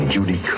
Judy